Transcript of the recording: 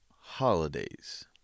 holidays